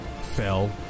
fell